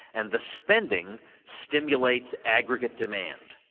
and the spending stimulates aggregate demand.